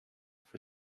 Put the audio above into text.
for